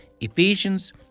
Ephesians